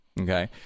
Okay